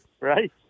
Right